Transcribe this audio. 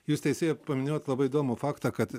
jūs teisėja paminėjot labai įdomų faktą kad